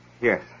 Yes